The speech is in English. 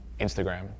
instagram